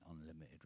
unlimited